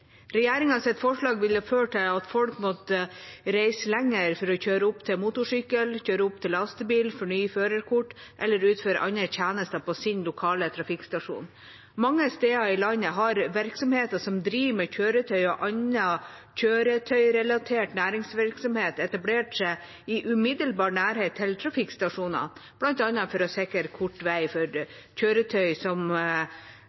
forslag ville ført til at folk måtte reise lenger for å kjøre opp til motorsykkel, kjøre opp til lastebil, fornye førerkort eller utføre andre tjenester på sin lokale trafikkstasjon. Mange steder i landet har virksomheter som driver med kjøretøy og annen kjøretøyrelatert næringsvirksomhet, etablert seg i umiddelbar nærhet til trafikkstasjoner, bl.a. for å sikre kort vei for